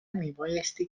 میبایستی